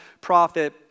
prophet